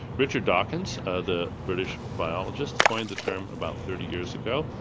richard dawkins ah the british biologist coined the term about thirty years ago.